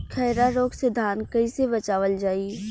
खैरा रोग से धान कईसे बचावल जाई?